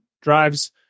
drives